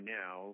now